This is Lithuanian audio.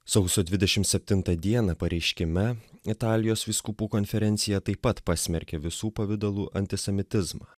sausio dvidešimt septintą dieną pareiškime italijos vyskupų konferencija taip pat pasmerkė visų pavidalų antisemitizmą